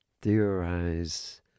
theorize